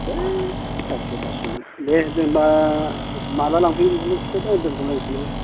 है सारिस' फासस'नि दे जेनेबा माब्ला लांफैगोन बेखौल' खिन्थादो आं दोनथ'लायनोसै नामा